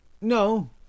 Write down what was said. No